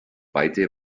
beide